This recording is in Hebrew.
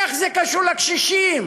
איך זה קשור לקשישים?